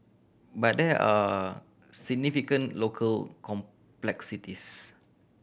but there are significant local complexities